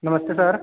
नमस्ते सर